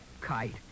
kite